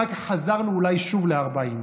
אחר כך חזרנו אולי שוב ל-40%.